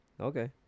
Okay